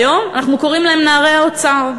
היום אנחנו קוראים להם "נערי האוצר",